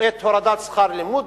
את הורדת שכר הלימוד,